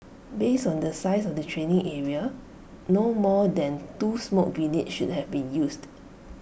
based on the size of the training area no more than two smoke grenades should have been used